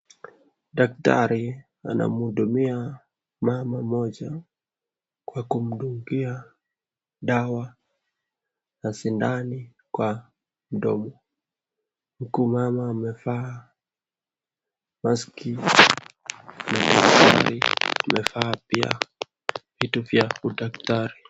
Daktari anamhudumia mama mmoja, kwa kumdungia dawa na sindano kwa mdomo, huku mama amevaa mask na daktari amevaa pia vitu vya udaktari.